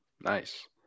Nice